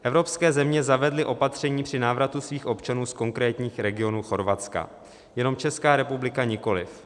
Evropské země zavedly opatření při návratu svých občanů z konkrétních regionů Chorvatska, jenom Česká republika nikoliv.